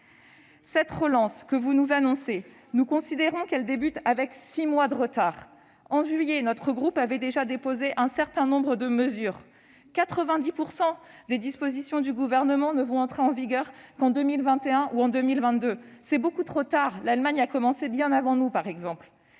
Cette relance que vous nous annoncez, nous considérons qu'elle débute avec six mois de retard. En juillet, notre groupe avait déjà proposé un certain nombre de mesures ; 90 % des dispositions présentées par le Gouvernement n'entreront en vigueur qu'en 2021 ou en 2022 ! C'est beaucoup trop tard ; l'Allemagne, par exemple, a commencé bien avant nous. Certaines